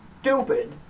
stupid